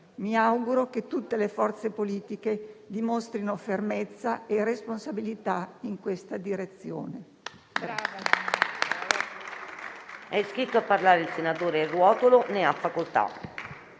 Mi auguro che tutte le forze politiche dimostrino fermezza e responsabilità in questa direzione.